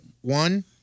one